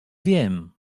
wiem